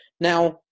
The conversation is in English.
Now